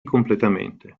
completamente